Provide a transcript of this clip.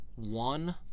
one